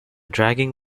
dragging